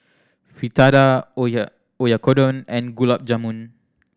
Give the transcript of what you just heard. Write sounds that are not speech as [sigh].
Fritada [unintelligible] Oyakodon and Gulab Jamun